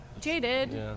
jaded